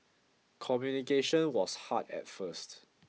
communication was hard at first